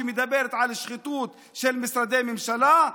שמדברת על שחיתות של משרדי ממשלה,